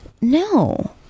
No